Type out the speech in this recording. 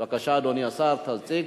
בבקשה, אדוני השר, תציג.